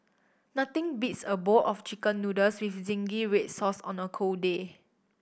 nothing beats a bowl of Chicken Noodles with zingy red sauce on a cold day